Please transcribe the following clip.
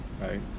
right